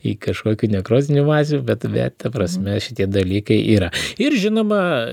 į kažkokių nekrozinių bazių bet bet ta prasme šitie dalykai yra ir žinoma